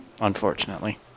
unfortunately